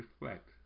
reflect